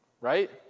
right